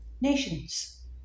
nations